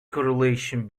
correlation